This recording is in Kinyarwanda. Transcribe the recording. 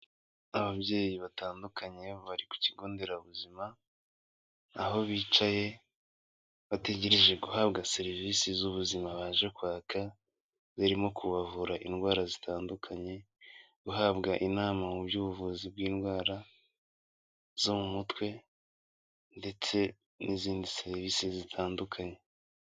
Ababyeyi batandukanye bari ku kigo nderabuzima, aho bicaye bategereje guhabwa serivisi z'ubuzima baje kwaka zirimo kubavura indwara zitandukanye, guhabwa inama mu by'ubuvuzi bw'indwara zo mu mutwe ndetse n'izindi serivise zitandukanye.